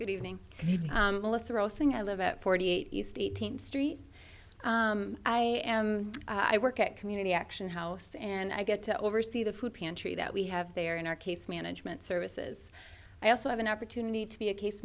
good evening live at forty eight east eighteenth street i am i work at community action house and i get to oversee the food pantry that we have there in our case management services i also have an opportunity to be a case